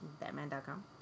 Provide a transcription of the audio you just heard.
Batman.com